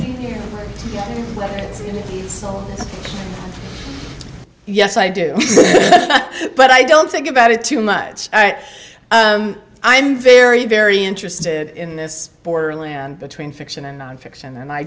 here yes i do but i don't think about it too much but i'm very very interested in this border land between fiction and nonfiction and i